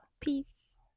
Peace